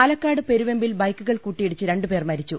പാലക്കാട് പെരുവെമ്പിൽ ബൈക്കുകൾ കൂട്ടിയിടിച്ച് രണ്ടു പേർ മരിച്ചു